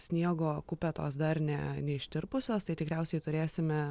sniego kupetos dar ne neištirpusios tai tikriausiai turėsime